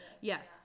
Yes